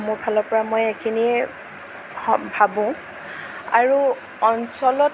মোৰ ফালৰ পৰা মই এইখিনিয়েই ভাবোঁ আৰু অঞ্চলত